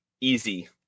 easy